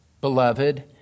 beloved